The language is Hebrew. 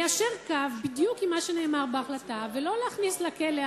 ליישר קו בדיוק עם מה שנאמר בהחלטה ולא להכניס לכלא,